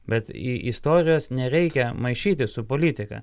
bet į istorijos nereikia maišyti su politika